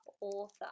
author